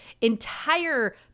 entire